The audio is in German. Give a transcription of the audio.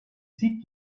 zieht